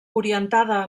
orientada